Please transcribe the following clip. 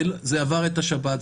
זה עבר את השב"כ,